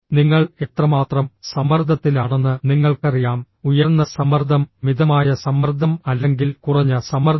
നിങ്ങൾ എത്രമാത്രം സമ്മർദ്ദത്തിലാണെന്ന് നിങ്ങൾക്കറിയാം ഉയർന്ന സമ്മർദ്ദം മിതമായ സമ്മർദ്ദം അല്ലെങ്കിൽ കുറഞ്ഞ സമ്മർദ്ദം